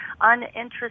uninterested